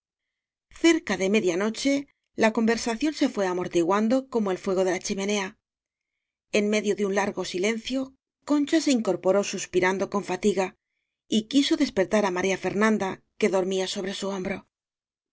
cerca de media noche la conversación se fué amortiguando corno el fuego de la chi menea en medio de un largo silencio con cha se incorporó suspirando con fatiga y quiso despertar á maría fernanda que dor mía sobre su hombro